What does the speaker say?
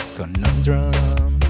Conundrum